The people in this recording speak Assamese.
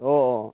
অঁ